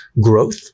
growth